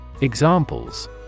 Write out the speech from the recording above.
Examples